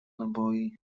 naboi